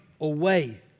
away